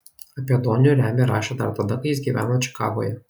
apie donių remį rašė dar tada kai jis gyveno čikagoje